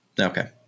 Okay